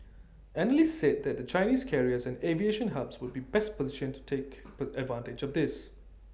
analysts said that the Chinese carriers and aviation hubs would be best positioned to take put advantage of this